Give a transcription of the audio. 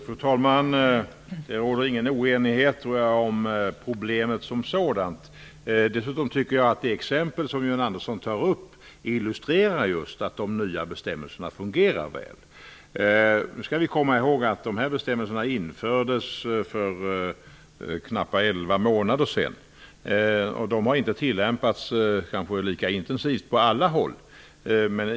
Fru talman! Det råder ingen oenighet om problemet som sådant. Dessutom tycker jag att det exempel som John Andersson tar upp illustrerar just att de nya bestämmelserna fungerar väl. Vi skall komma ihåg att bestämmelserna infördes för knappt elva månader sedan, och de har inte tillämpats lika intensivt på alla håll.